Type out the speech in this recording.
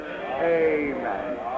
Amen